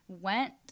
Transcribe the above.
went